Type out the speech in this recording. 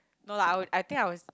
no lah I would I think I was